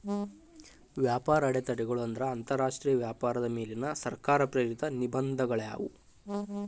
ವ್ಯಾಪಾರ ಅಡೆತಡೆಗಳು ಅಂದ್ರ ಅಂತರಾಷ್ಟ್ರೇಯ ವ್ಯಾಪಾರದ ಮೇಲಿನ ಸರ್ಕಾರ ಪ್ರೇರಿತ ನಿರ್ಬಂಧಗಳಾಗ್ಯಾವ